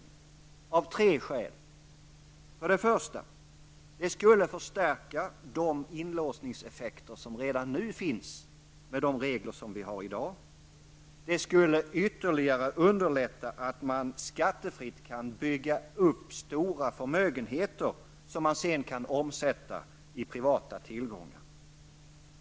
Det finns tre skäl för det. För det första skulle det förstärka de inlåsningseffekter som redan nu finns med dagens regler. För det andra skulle det ytterligare underlätta för människor att skattefritt bygga upp stora förmögenheter som de sedan kan omsätta i privata tillgångar.